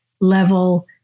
level